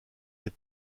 les